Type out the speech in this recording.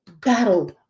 battle